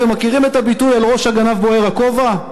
אתם מכירים את הביטוי "על ראש הגנב בוער הכובע"?